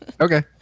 Okay